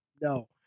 no